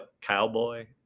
Cowboy